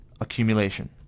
accumulation